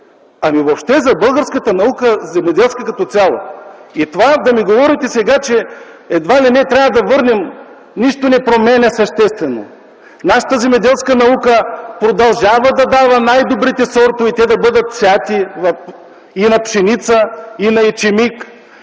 а въобще за българската земеделска наука като цяло. И сега да ми говорите, че едва ли не трябва да го върнем, нищо не променя съществено. Нашата земеделска наука продължава да дава най-добрите сортове и на пшеница, и на ечемик,